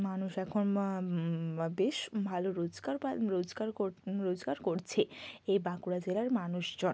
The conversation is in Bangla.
মানুষ এখন বা বেশ ভালো রোজগার পা রোজগার কোর রোজগার করছে এই বাঁকুড়া জেলার মানুষজন